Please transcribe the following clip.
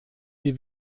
die